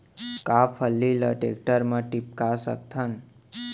का फल्ली ल टेकटर म टिपका सकथन?